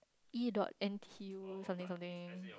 E dot N_T_U something something